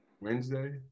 Wednesday